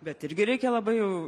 bet irgi reikia labai jau